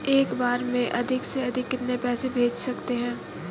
एक बार में अधिक से अधिक कितने पैसे भेज सकते हैं?